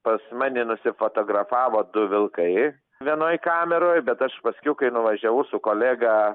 pas mani nusifotografavo du vilkai vienoj kameroj bet aš paskiau kai nuvažiavau su kolega